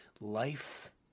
Life